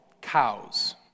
cows